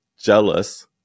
jealous